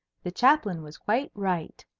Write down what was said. the chaplain was quite right.